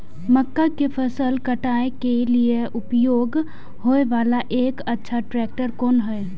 मक्का के फसल काटय के लिए उपयोग होय वाला एक अच्छा ट्रैक्टर कोन हय?